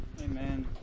Amen